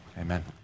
Amen